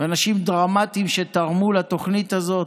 ואנשים דרמטיים שתרמו לתוכנית הזאת,